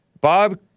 Bob